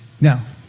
now